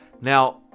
Now